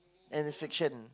and it's fiction